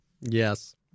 Yes